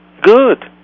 good